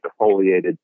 defoliated